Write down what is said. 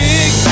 Big